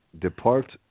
depart